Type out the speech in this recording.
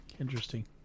Interesting